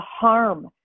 harm